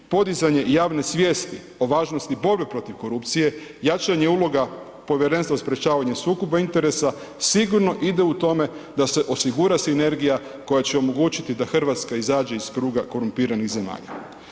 Podizanje javne svijesti o važnosti borbe protiv korupcije, jačanje uloga Povjerenstva za sprječavanje sukoba interesa sigurno ide u tome da osigura sinergija koja će omogućiti da RH izađe iz kruga korumpiranih zemalja.